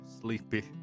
sleepy